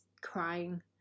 crying